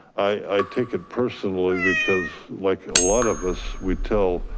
i take it personally because like a lot of us we tell,